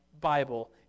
Bible